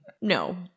No